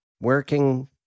working